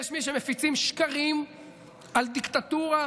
יש מי שמפיצים שקרים על דיקטטורה,